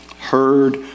heard